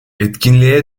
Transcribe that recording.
etkinliğe